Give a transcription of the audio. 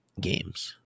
games